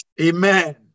Amen